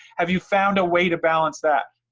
have you found a way to balance that?